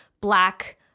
black